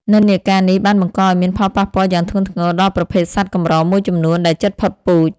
និន្នាការនេះបានបង្កឱ្យមានផលប៉ះពាល់យ៉ាងធ្ងន់ធ្ងរដល់ប្រភេទសត្វកម្រមួយចំនួនដែលជិតផុតពូជ។